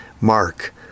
Mark